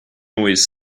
always